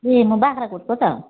ए मो बाख्राकोट पो त